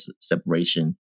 separation